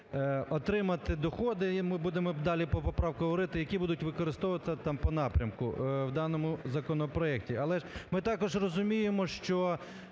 отримати доходи, і ми будемо далі по поправках говорити, які будуть використовуватись там по напрямку в даному законопроекті. Але ми також розуміємо, що